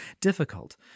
difficult